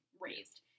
raised